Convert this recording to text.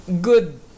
good